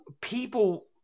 people